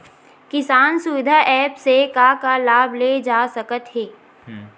किसान सुविधा एप्प से का का लाभ ले जा सकत हे?